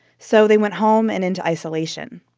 so they went home and into isolation.